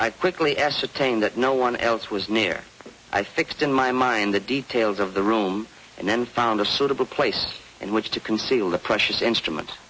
i quickly ascertained that no one else was near i think in my mind the details of the room and then found a suitable place in which to conceal the precious instrument